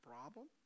problem